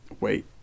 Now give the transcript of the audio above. wait